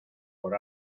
por